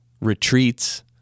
retreats